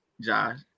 Josh